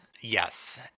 Yes